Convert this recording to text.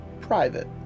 private